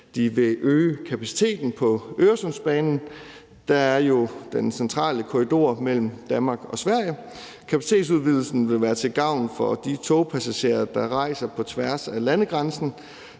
de vil øge kapaciteten på Øresundsbanen, der jo er den centrale korridor mellem Danmark og Sverige. Kapacitetsudvidelsen vil være til gavn for de togpassagerer, der rejser på tværs af landegrænsen,